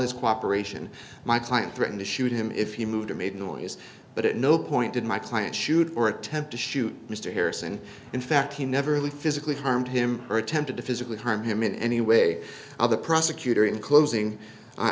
his cooperation my client threatened to shoot him if he moved or made noise but at no point did my client shoot or attempt to shoot mr harrison in fact he never really physically harmed him or attempted to physically harm him in any way other prosecutor in closing